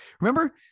Remember